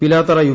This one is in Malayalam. പിലാത്തറ യു